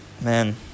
man